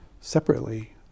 separately